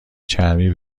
چرمی